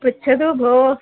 पृच्छतु भोः